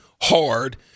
hard